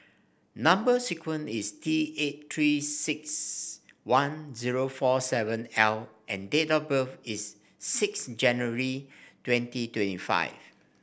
number sequence is T eight Three six one zero four seven L and date of birth is six January twenty twenty five